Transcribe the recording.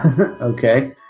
Okay